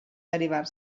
derivar